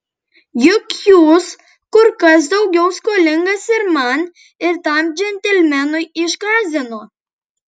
juk jūs kur kas daugiau skolingas ir man ir tam džentelmenui iš kazino